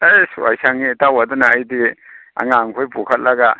ꯑꯩꯁ ꯋꯥꯏ ꯁꯪꯉꯦ ꯏꯇꯥꯎ ꯑꯗꯨꯅ ꯑꯩꯗꯤ ꯑꯉꯥꯡ ꯈꯣꯏ ꯄꯨꯈꯠꯂꯒ